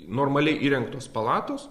normaliai įrengtos palatos